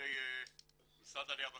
אנשי משרד העלייה והקליטה,